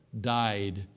died